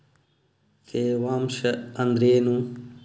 ತೇವಾಂಶ ಅಂದ್ರೇನು?